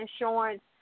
insurance